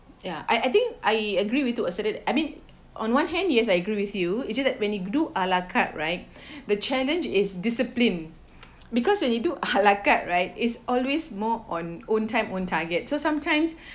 ya I I think I agree with to a certain I mean on one hand yes I agree with you is just that when you do a la carte right the challenge is discipline because when you do a la carte right is always more on own time own target so sometimes